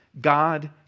God